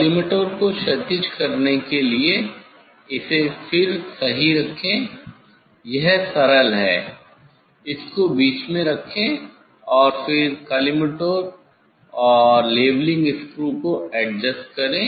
collimator को क्षैतिज करने के लिए इसे फिर सही रखे यह सरल है इसको बीच में रखें और फिर कॉलीमटोर लेवलिंग स्क्रू को एडजस्ट करें